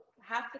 half